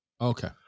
okay